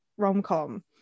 rom-com